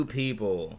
people